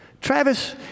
Travis